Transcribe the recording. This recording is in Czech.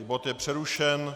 Bod je přerušen.